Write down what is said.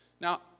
Now